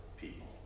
people